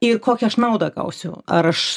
ir kokią aš naudą gausiu ar aš